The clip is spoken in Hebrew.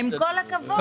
עם כל הכבוד.